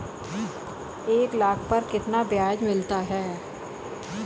एक लाख पर कितना ब्याज मिलता है?